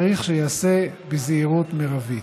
צריך שייעשה בזהירות מרבית.